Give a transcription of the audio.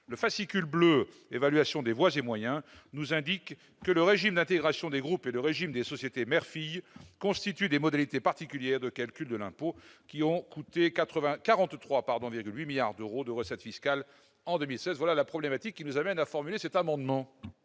Le fascicule bleu « Évaluation des voies et moyens » nous indique que le régime d'intégration des groupes et le régime des sociétés mère-fille constituent des modalités particulières de calcul de l'impôt qui ont coûté 43,8 milliards d'euros de recettes fiscales en 2016. C'est cette situation problématique qui nous a amenés à déposer le présent amendement.